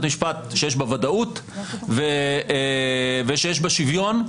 משפט שיש בה ודאות ושיש בה שוויון,